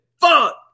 fuck